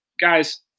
guys